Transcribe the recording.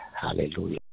Hallelujah